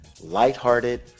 lighthearted